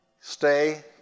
Stay